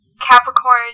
Capricorn